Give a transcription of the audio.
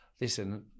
listen